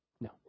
No